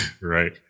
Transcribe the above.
Right